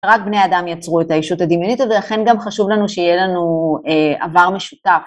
רק בני אדם יצרו את האישות הדמיונית הזה, לכן גם חשוב לנו שיהיה לנו, אה... עבר משותף.